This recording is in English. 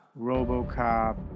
Robocop